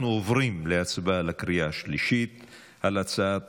אנחנו עוברים להצבעה בקריאה השלישית על הצעת